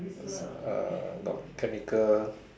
uh got chemical